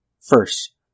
First